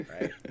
Right